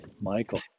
Michael